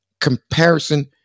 comparison